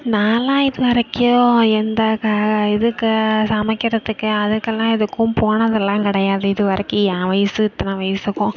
நானெலாம் இது வரைக்கும் எந்த க இதுக்கு சமைக்கிறத்துக்கு அதுக்கெல்லாம் எதுக்கும் போனதெல்லாம் கிடையாது இது வரைக்கும் என் வயசு இத்தனை வயசுக்கும்